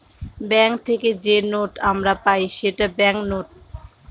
bank থেকে যে note আমরা পাই সেটা ব্যাঙ্ক নোট